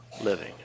living